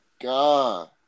God